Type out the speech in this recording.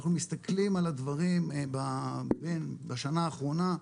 אנחנו מסתכלים על הדברים בשנה האחרונה,